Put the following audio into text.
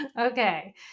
Okay